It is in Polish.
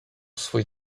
swój